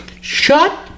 Shut